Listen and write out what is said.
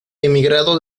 emigrado